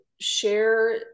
share